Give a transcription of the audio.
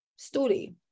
story